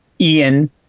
Ian